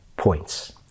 points